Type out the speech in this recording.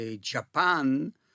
Japan